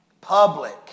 Public